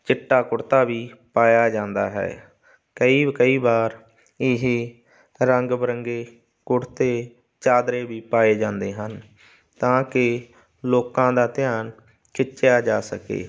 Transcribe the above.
ਚਿੱਟਾ ਕੁੜਤਾ ਵੀ ਪਾਇਆ ਜਾਂਦਾ ਹੈ ਕਈ ਕਈ ਵਾਰ ਇਹ ਰੰਗ ਬਿਰੰਗੇ ਕੁੜਤੇ ਚਾਦਰੇ ਵੀ ਪਾਏ ਜਾਂਦੇ ਹਨ ਤਾਂ ਕਿ ਲੋਕਾਂ ਦਾ ਧਿਆਨ ਖਿੱਚਿਆ ਜਾ ਸਕੇ